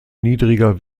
niedriger